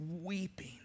weeping